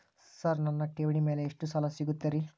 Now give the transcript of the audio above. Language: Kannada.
ಸರ್ ನನ್ನ ಠೇವಣಿ ಮೇಲೆ ಎಷ್ಟು ಸಾಲ ಸಿಗುತ್ತೆ ರೇ?